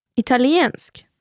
italiensk